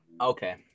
Okay